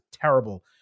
terrible